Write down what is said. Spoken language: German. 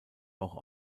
auch